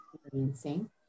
experiencing